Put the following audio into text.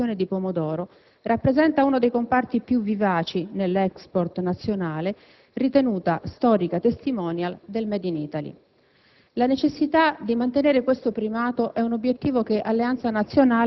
È altrettanto riconosciuto, peraltro, che l'industria di trasformazione del pomodoro rappresenta uno dei comparti più vivaci nell'*export* nazionale ed è ritenuta storica *testimonial* del *made in Italy*.